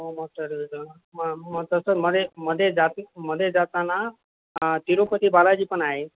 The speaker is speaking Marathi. हो मस्त वाटेल त्याला तसं मध्ये मध्ये जातील मध्ये जाताना तिरुपती बालाजीपण आहे